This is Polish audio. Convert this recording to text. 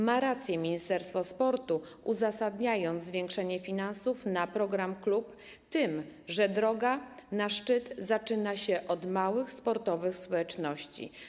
Ma rację Ministerstwo Sportu, uzasadniając zwiększenie finansów na program ˝Klub˝ tym, że droga na szczyt zaczyna się od małych sportowych społeczności.